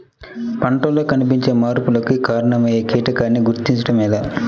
పంటలలో కనిపించే మార్పులకు కారణమయ్యే కీటకాన్ని గుర్తుంచటం ఎలా?